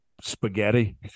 spaghetti